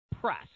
press